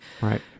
Right